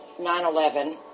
9-11